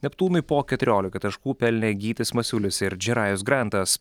neptūnui po keturiolika taškų pelnė gytis masiulis ir džerajus grantas